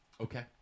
Okay